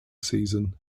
season